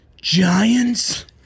Giants